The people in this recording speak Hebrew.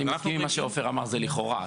אני מסכים אם מה שאמר עופר, זה לכאורה.